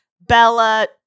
Bella